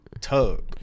tug